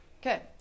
Okay